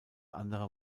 andere